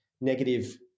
negative